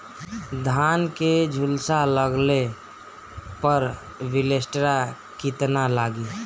धान के झुलसा लगले पर विलेस्टरा कितना लागी?